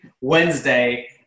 Wednesday